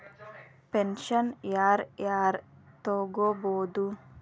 Pension ಯಾರ್ ಯಾರ್ ತೊಗೋಬೋದು?